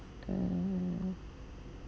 mm